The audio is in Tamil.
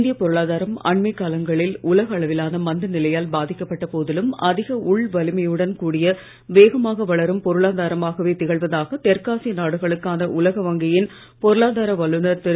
இந்திய பொருளாதாரம் அண்மை காலங்களில் உலக அளவிலான மந்த நிலையால் பாதிக்கப்பட்ட போதிலும் அதிக உள் வலிமையுடன் கூடிய வேகமாக வளரும் பொருளாதாரமாகவே திகழ்வதாக தெற்காசிய நாடுகளுக்கான உலக வங்கியின் பொருளாதார வல்லுனர் திரு